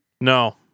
No